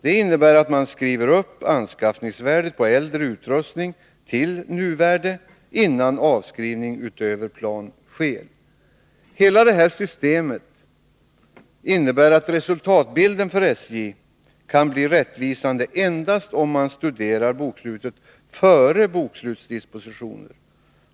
Det innebär att man skriver upp anskaffningsvärdet på äldre utrustning till nuvärde, innan avskrivning utöver plan sker. Hela detta system innebär att resultatbilden för SJ kan bli rättvisande endast om man studerar bokslutet före bokslutsdispositioner.